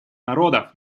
народов